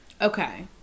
Okay